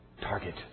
target